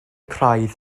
craidd